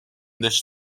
this